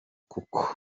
kuko